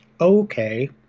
Okay